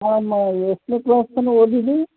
ಹಾಂ ಅಮ್ಮ ಎಷ್ಟನೇ ಕ್ಲಾಸ್ ತನಕ ಓದಿದ್ದಿ